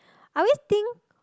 I always think